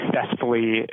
successfully